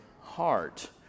heart